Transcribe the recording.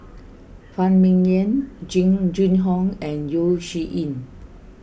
Phan Ming Yen Jing Jun Hong and Yeo Shih Yun